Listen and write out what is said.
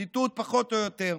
ציטוט, פחות או יותר.